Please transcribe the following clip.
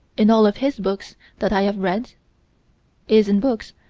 in all of his books that i have read is, in books,